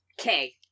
okay